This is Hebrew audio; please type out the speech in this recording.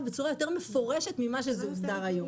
בצורה יותר מפורשת ממה שזה הוסדר היום.